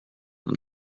and